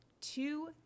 two